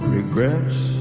Regrets